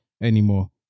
anymore